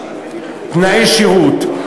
תנאי שירות,